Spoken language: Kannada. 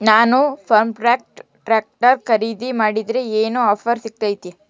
ನಾನು ಫರ್ಮ್ಟ್ರಾಕ್ ಟ್ರಾಕ್ಟರ್ ಖರೇದಿ ಮಾಡಿದ್ರೆ ಏನು ಆಫರ್ ಸಿಗ್ತೈತಿ?